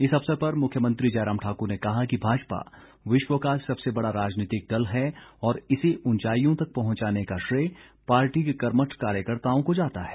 इस अवसर पर मुख्यमंत्री जयराम ठाकुर ने कहा कि भाजपा विश्व का सबसे बड़ा राजनीतिक दल है और इसे ऊंचाईयों तक पहुंचाने का श्रेय पार्टी के कर्मठ कार्यकर्त्ताओं को जाता है